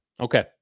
Okay